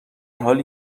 حالی